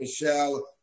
Michelle